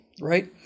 right